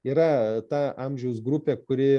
yra ta amžiaus grupė kuri